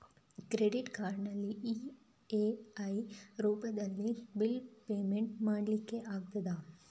Credit ಕಾರ್ಡಿನಲ್ಲಿ EMI ರೂಪಾಂತರದಲ್ಲಿ bill payment ಮಾಡ್ಲಿಕ್ಕೆ ಆಗ್ತದ?